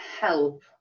help